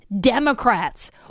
Democrats